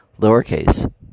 lowercase